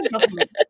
government